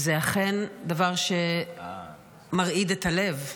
וזה אכן דבר שמרעיד את הלב: